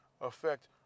affect